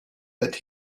that